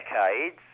decades